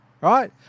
right